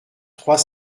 trois